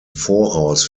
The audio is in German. voraus